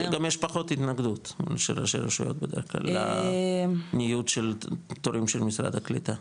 גם יש פחות התנגדות לניוד של תורים של משרד הקליטה.